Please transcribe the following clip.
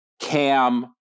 Cam